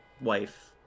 wife